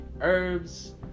herbs